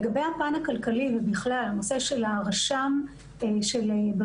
לגבי הפן הכלכלי ובכלל הנושא של רשם הבריאטריה,